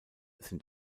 sind